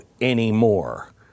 anymore